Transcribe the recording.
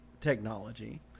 technology